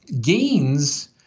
gains